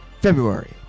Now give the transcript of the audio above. February